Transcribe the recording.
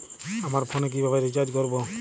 আমার ফোনে কিভাবে রিচার্জ করবো?